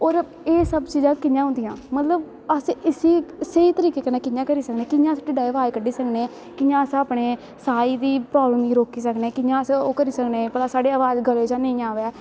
और एह् सब चीजां कियां होंदियां मतलव अस इसी स्हेई तरीके कन्नै कियां करी सकने कियां अस ढिडै चा अवाज़ कड्डी सकने कियां अस अपने साह् दी प्रावलम गी रोकी सकने कियांअस ओह् करी सकने भला अवाज़ गले चा नेंई अवै